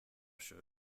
show